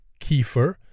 kefir